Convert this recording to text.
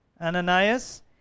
Ananias